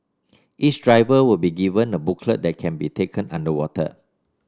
each driver will be given a booklet that can be taken underwater